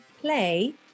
play